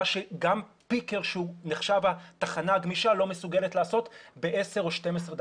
מה שגם פיקר שנחשב התחנה הגמישה לא מסוגלת לעשות ב-10 או 12 דקות.